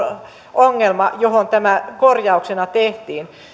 ongelma johon tämä korjauksena tehtiin